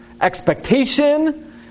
expectation